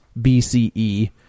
BCE